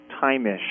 time-ish